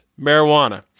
marijuana